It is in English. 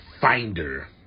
finder